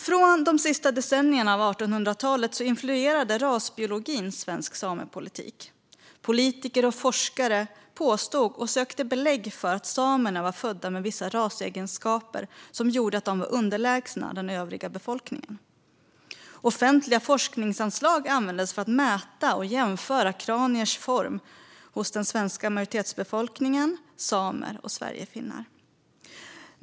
Från de sista decennierna av 1800-talet influerade rasbiologin svensk samepolitik. Politiker och forskare påstod och sökte belägg för att samerna var födda med vissa rasegenskaper som gjorde att de var underlägsna den övriga befolkningen. Offentliga forskningsanslag användes för att mäta och jämföra kraniers form hos den svenska majoritetsbefolkningen, samer och sverigefinnar.